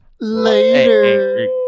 Later